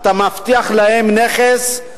אתה מבטיח להם נכס,